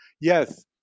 Yes